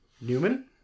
Newman